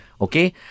Okay